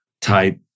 type